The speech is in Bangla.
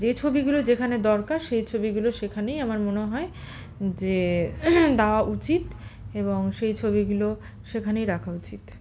যে ছবিগুলো যেখানে দরকার সেই ছবিগুলো সেখানেই আমার মনে হয় যে দেওয়া উচিত এবং সেই ছবিগুলো সেখানেই রাখা উচিত